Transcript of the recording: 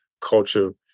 culture